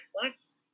plus